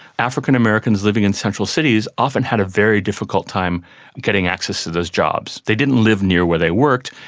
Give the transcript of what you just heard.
african americans living in central cities often had a very difficult time getting access to those jobs. they didn't live near where they worked,